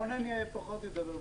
רונן פחות ידבר בחידות.